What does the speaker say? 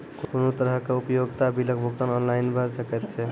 कुनू तरहक उपयोगिता बिलक भुगतान ऑनलाइन भऽ सकैत छै?